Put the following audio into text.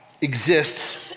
exists